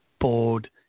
bored